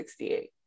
1968